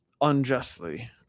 unjustly